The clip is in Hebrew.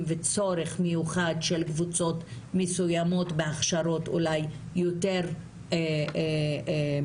וצורך מיוחד של קבוצות מסוימות והכשרות אולי יותר מיוחדות,